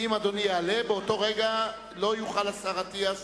כי אם אדוני יעלה, באותו רגע לא יוכל השר אטיאס